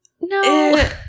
No